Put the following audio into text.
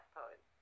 poem